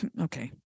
Okay